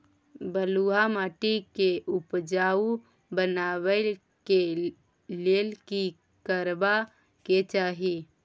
बालुहा माटी के उपजाउ बनाबै के लेल की करबा के चाही?